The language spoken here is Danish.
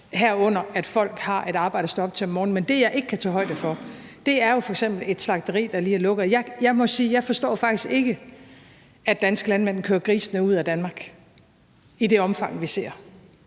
at folk har et arbejde at stå op til om morgenen. Men det, jeg ikke kan tage højde for, er jo f.eks. et slagteri, der lige lukker. Jeg må sige: Jeg forstår faktisk ikke, at danske landmænd kører grisene ud af Danmark i det omfang, vi ser